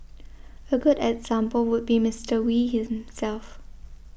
a good example would be Mister Wee himself